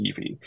EV